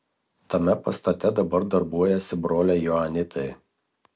tame pastate dabar darbuojasi broliai joanitai